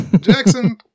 Jackson